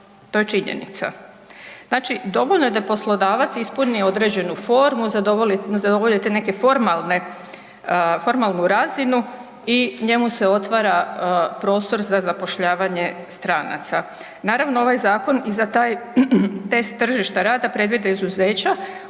to je činjenica. Znači dovoljno da je poslodavac ispunio određenu formu, zadovolji te neke formalnu razinu i njemu se otvara prostor za zapošljavanje stranaca. Naravno da ovaj zakon i za taj test tržišta rada predviđa izuzeća